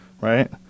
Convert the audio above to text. right